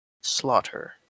slaughter